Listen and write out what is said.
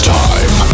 time